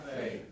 faith